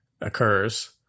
occurs